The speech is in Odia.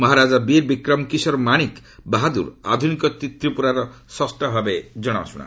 ମହାରାଜା ବୀର ବିକ୍ରମକିଶୋର ମାଣିକ ବାହାଦ୍ୱର ଆଧୁନିକ ତ୍ରିପୁରାର ସ୍ରଷ୍ଟା ଭାବେ ଜଣାଶୁଣା